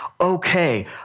Okay